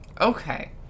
Okay